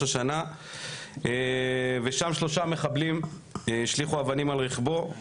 השנה ושם שלושה מחבלים השליכו אבנים על רכבו,